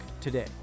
today